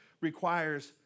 requires